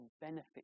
benefit